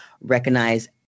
recognize